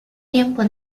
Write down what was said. tiempo